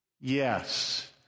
yes